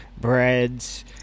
breads